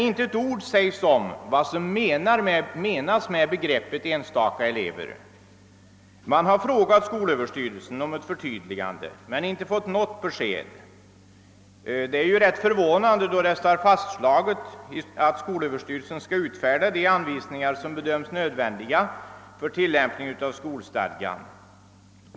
Inte ett ord sägs om vad som menas med begreppet »enstaka elever». Man har bett skolöverstyrelsen om ett förtydligande men inte fått något besked. Detta är rätt förvånande då det är fastslaget att skolöverstyrelsen skall utfärda de anvisningar som bedöms nödvändiga för tillämpningen av skolstadgan.